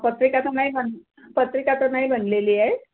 पत्रिका तर नाही बन पत्रिका तर नाही बनलेली आहे